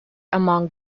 among